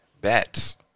Bats